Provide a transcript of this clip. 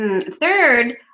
third